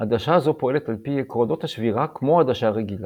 עדשה זו פועלת על פי עקרונות השבירה כמו עדשה רגילה,